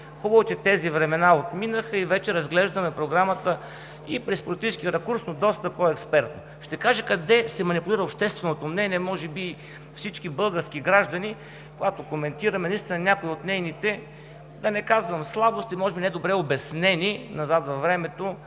хубаво е, че тези времена отминаха и вече разглеждаме Програмата и през политически ракурс, но доста по-експертно. Ще кажа къде се манипулира общественото мнение: може би всички български граждани, когато коментираме наистина някои от нейните, да не казвам, слабости, може би в недобре обяснени назад във времето